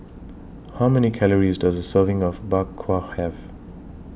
How Many Calories Does A Serving of Bak Kwa Have